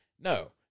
No